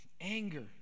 anger